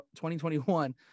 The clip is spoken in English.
2021